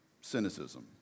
cynicism